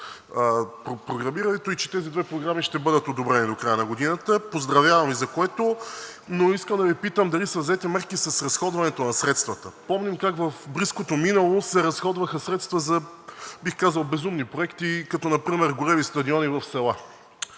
и че тези две програми ще бъдат одобрени до края на годината. Поздравявам Ви за което! Искам да Ви питам обаче дали са взети мерки с разходването на средствата? Помним как в близкото минало се разходваха средства за, бих казал, безумни проекти, като например големи стадиони в села.